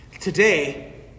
Today